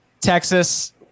Texas